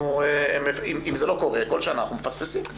אם זה לא קורה כל שנה אנחנו מפספסים.